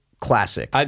classic